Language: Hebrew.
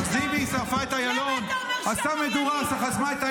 למה אתה אומר שהיא עבריינית?